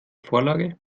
vorlage